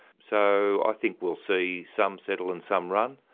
so i think we'll see some settle and some run.